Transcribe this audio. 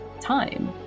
time